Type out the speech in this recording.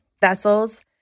vessels